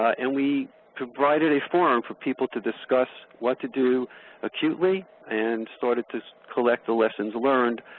and we provided a forum for people to discuss what to do acutely and started to collect the lessons learned.